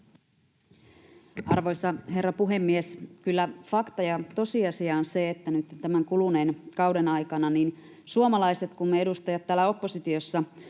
Arvoisa herra puhemies! Kyllä fakta ja tosiasia on se, että nyt tämän kuluneen kauden aikana niin suomalaiset kuin me edustajat täällä oppositiossa